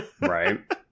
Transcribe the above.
right